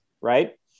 right